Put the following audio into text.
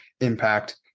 impact